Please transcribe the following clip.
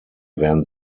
werden